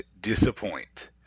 disappoint